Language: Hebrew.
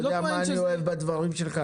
אתה יודע מה אני אוהב אותך בדברים שלך?